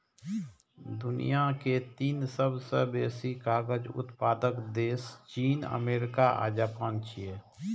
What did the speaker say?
दुनिया के तीन सबसं बेसी कागज उत्पादक देश चीन, अमेरिका आ जापान छियै